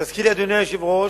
תזכיר, אדוני היושב-ראש,